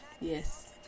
Yes